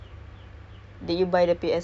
it's generally popular lah